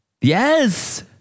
Yes